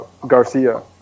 Garcia